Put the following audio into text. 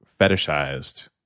fetishized